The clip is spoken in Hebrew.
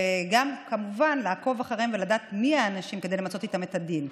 וגם כמובן לעקוב אחריהם ולדעת מי האנשים כדי למצות איתם את הדין.